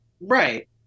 Right